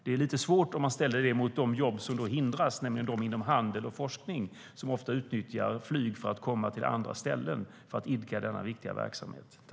Det är lite svårt om man ställer detta emot de jobb som hindras, nämligen de inom handel och forskning som ofta utnyttjar flyg för att komma till andra platser för att idka denna viktiga verksamhet.